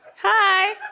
Hi